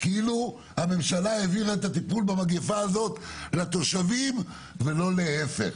כאילו הממשלה העבירה את הטיפול במגיפה הזאת לתושבים ולא להפך.